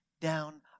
down